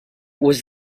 was